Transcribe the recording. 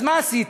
אז מה עשיתי?